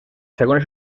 segona